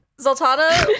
Zoltana